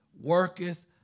worketh